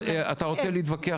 אתה רוצה להתווכח,